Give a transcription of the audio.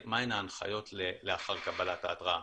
מה הן ההנחיות לאחר קבלת ההתראה.